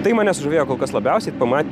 tai mane sužavėjo kol kas labiausiai pama